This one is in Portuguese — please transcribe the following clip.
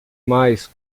mais